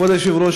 כבוד היושב-ראש,